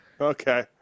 Okay